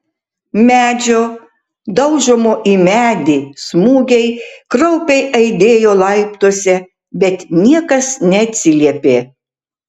medžio daužomo į medį smūgiai kraupiai aidėjo laiptuose bet niekas neatsiliepė